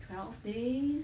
twelve day